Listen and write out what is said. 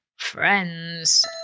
Friends